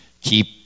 keep